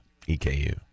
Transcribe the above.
EKU